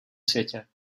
světě